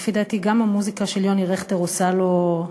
שלפי דעתי, גם המוזיקה של יוני רכטר עושה לו,